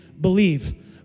Believe